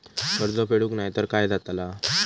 कर्ज फेडूक नाय तर काय जाताला?